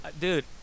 Dude